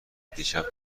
دیشب